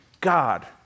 God